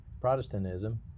Protestantism